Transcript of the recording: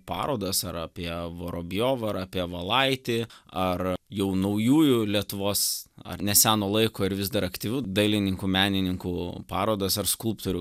parodas ar apie vorobjovą ar apie valaitį ar jau naujųjų lietuvos ar neseno laiko ir vis dar aktyvių dailininkų menininkų parodas ar skulptorių